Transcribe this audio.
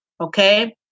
Okay